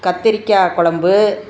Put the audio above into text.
கத்திரிக்காய் கொழம்பு